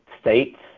states